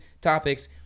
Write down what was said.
topics